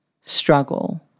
struggle